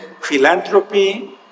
philanthropy